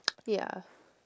ya